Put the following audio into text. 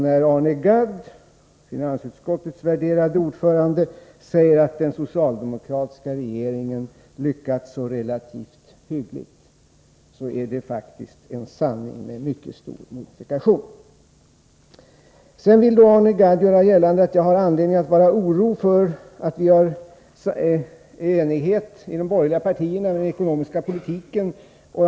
När Arne Gadd, finansutskottets värderade ordförande, säger att den socialdemokratiska regeringen lyckats så relativt hyggligt, så är det faktiskt en sanning med mycket stor modifikation. Arne Gadd vill göra gällande att jag har anledning att vara orolig för att det föreligger enighet mellan de borgerliga partierna om den ekonomiska politiken.